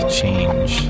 change